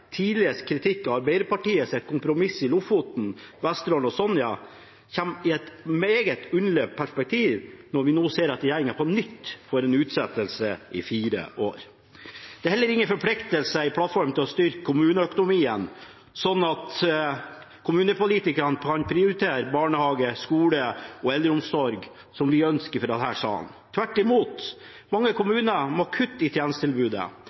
tidligere kritikk av Arbeiderpartiets kompromiss i Lofoten, Vesterålen og Senja kommer i et meget underlig perspektiv når vi nå ser at regjeringen på nytt får en utsettelse i fire år. Det er heller ingen forpliktelser i plattformen til å styrke kommuneøkonomien, slik at kommunepolitikerne kan prioritere barnehage, skole og eldreomsorg, som vi ønsker fra denne salen. Tvert imot. Mange kommuner må kutte i tjenestetilbudet